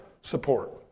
support